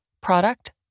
product